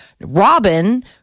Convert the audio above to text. Robin